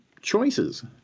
Choices